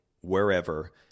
wherever